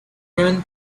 ruined